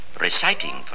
Reciting